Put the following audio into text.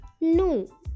No